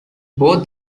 both